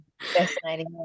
fascinating